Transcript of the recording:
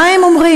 מה הם אומרים?